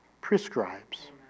prescribes